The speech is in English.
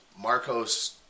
Marcos